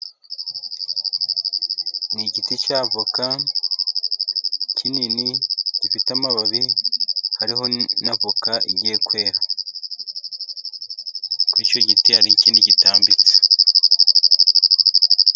Ni igiti cya voka kinini gifite amababi, hariho na voka igiye kwera. Kuri icyo giti hariho ikindi gitambitse.